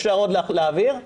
פה